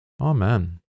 Amen